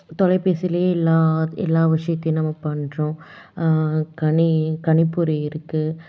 தொலைபேசிலேயே எல்லா எல்லா விஷயத்தையும் நம்ம பண்ணுறோம் கணிப்பொறி இருக்குது